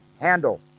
handle